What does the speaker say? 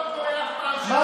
לא, זה לא קורה אף פעם לא